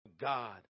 god